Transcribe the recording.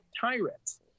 tyrants